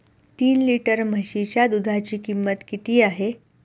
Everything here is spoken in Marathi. तीन लिटर म्हशीच्या दुधाची किंमत किती आहे?